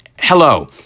hello